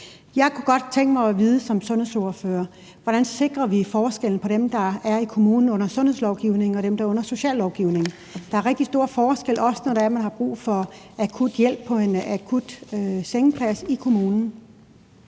godt tænke mig at vide: Hvordan sikrer vi, at der ikke gøres forskel på dem, der i kommunen er under sundhedslovgivningen, og dem, der er under sociallovgivningen? Der er rigtig stor forskel, også når man har brug for akut hjælp og en akut sengeplads i kommunen.